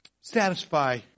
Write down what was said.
satisfy